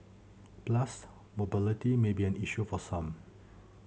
plus mobility may be an issue for some